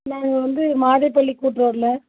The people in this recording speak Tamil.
நாங்கள் வந்து மாதேப்பள்ளி